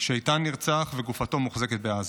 שאיתן נרצח וגופתו מוחזקת בעזה.